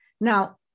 Now